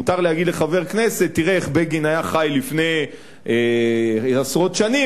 מותר להגיד לחבר כנסת: תראה איך בגין היה חי לפני עשרות שנים,